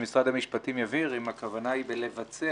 שמשרד המשפטים יבהיר אם הכוונה ב"לבצע"